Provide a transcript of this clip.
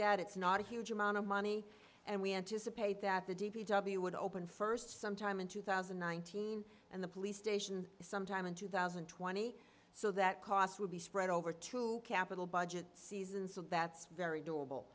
that it's not a huge amount of money and we anticipate that the d p w would open first sometime in two thousand and nineteen and the police station sometime in two thousand and twenty so that cost would be spread over to capital budget season so that's very doable